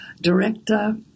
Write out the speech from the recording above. director